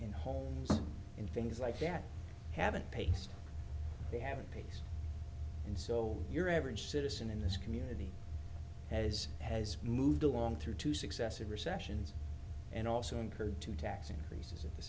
in homes in things like that have a pace they have a pace and so your average citizen in this community as has moved along through two successive recessions and also incurred two tax increases at the